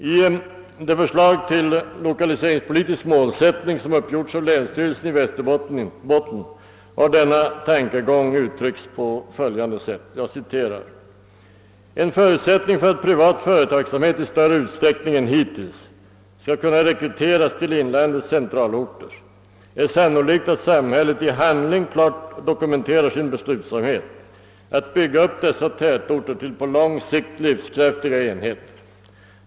I det förslag till lokaliseringspolitisk målsättning som uppgjorts av länsstyrelsen i Västerbotten har denna tankegång uttryckts på följande sätt: »En förutsättning för att privat företagsamhet i större utsträckning än hittills skall kunna rekryteras till inlandets centralorter är sannolikt att samhället i handling klart dokumenterar sin beslutsamhet att bygga upp dessa tätorter till på lång sikt livskraftiga enheter.